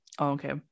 Okay